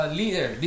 leader